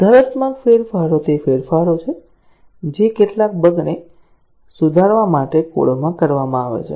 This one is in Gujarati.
સુધારાત્મક ફેરફારો તે ફેરફારો છે જે કેટલાક બગ ને સુધારવા માટે કોડમાં કરવામાં આવે છે